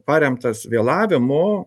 paremtas vėlavimu